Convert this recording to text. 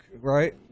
right